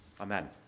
Amen